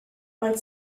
while